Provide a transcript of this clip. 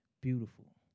beautiful